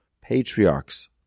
patriarchs